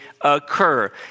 occur